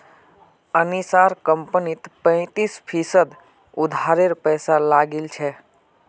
अनीशार कंपनीत पैंतीस फीसद उधारेर पैसा लागिल छ